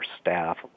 staff